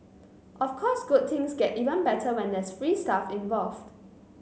of course good things get even better when there's free stuff involved